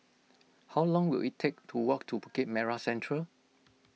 how long will it take to walk to Bukit Merah Central